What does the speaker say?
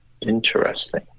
Interesting